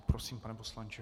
Prosím, pane poslanče.